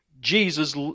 Jesus